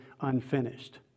unfinished